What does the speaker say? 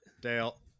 Dale